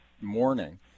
morning